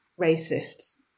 racists